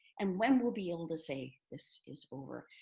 and when we'll be able to say this is over.